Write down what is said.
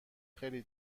خیلی